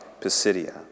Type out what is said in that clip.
Pisidia